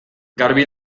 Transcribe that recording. garbi